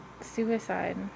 suicide